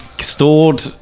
stored